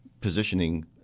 positioning